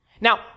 Now